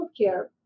healthcare